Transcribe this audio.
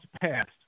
passed